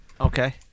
Okay